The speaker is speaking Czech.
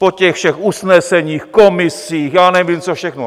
Po těch všech usneseních, komisích, já nevím co všechno.